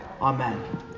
Amen